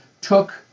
took